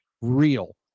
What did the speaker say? real